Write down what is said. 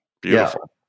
Beautiful